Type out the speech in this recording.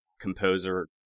composer